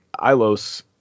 Ilos